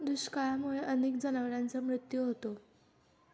दुष्काळामुळे अनेक जनावरांचा मृत्यू होतो